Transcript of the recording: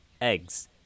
Eggs